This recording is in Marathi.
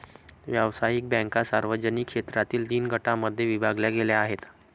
व्यावसायिक बँका सार्वजनिक क्षेत्रातील तीन गटांमध्ये विभागल्या गेल्या आहेत